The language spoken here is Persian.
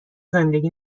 زندگی